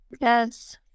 Yes